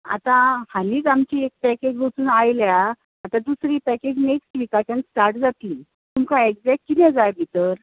आतां हालींच आमची एक पॅकेज वचून आयल्या आतां दुसरी पॅकेज नॅक्स्ट विकाच्यान स्टार्ट जातली तुका एक्झेक्ट कितें जाय भितर